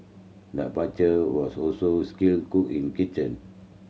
the butcher was also skilled cook in kitchen